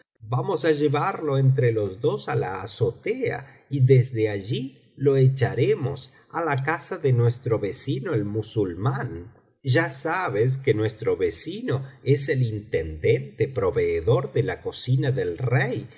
vamos á llevarlo entre los dos á la azotea y desde allí lo echaremos á la casa de nuestro vecino el musulmán ya sabes que nuestro vecino es el intendente proveedor de la cocina del rey